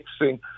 mixing